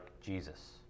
Jesus